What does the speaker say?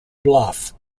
bluff